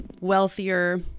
wealthier